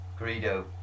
Greedo